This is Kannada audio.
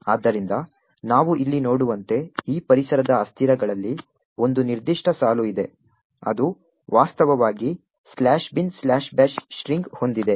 ಆದ್ದರಿಂದ ನಾವು ಇಲ್ಲಿ ನೋಡುವಂತೆ ಈ ಪರಿಸರದ ಅಸ್ಥಿರಗಳಲ್ಲಿ ಒಂದು ನಿರ್ದಿಷ್ಟ ಸಾಲು ಇದೆ ಅದು ವಾಸ್ತವವಾಗಿ "binbash" ಸ್ಟ್ರಿಂಗ್ ಹೊಂದಿದೆ